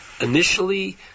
initially